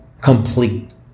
complete